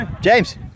James